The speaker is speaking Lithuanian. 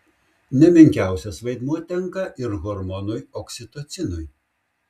ne menkiausias vaidmuo tenka ir hormonui oksitocinui